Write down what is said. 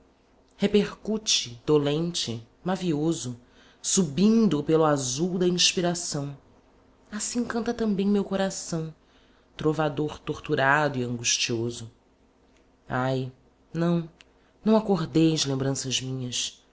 repercute dolente mavioso subindo pelo azul da inspiração assim canta também meu coração trovador tortorado e angustioso ai não não acordeis lembranças minhas